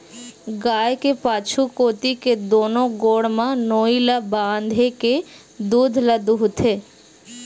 गाय के पाछू कोती के दूनो गोड़ म नोई ल बांधे के दूद ल दूहूथे